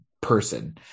person